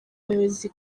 abayobozi